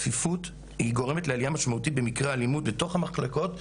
הצפיפות גורמת לעלייה משמעותית במקרי האלימות בתוך המחלקות,